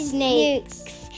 Snakes